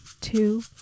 two